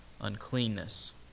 uncleanness